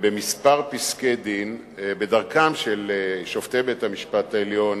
ובכמה פסקי-דין, בדרכם של שופטי בית-המשפט העליון,